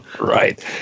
Right